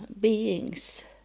beings